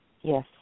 yes